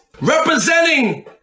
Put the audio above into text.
representing